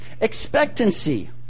expectancy